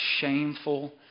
shameful